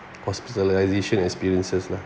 hospitalization experiences lah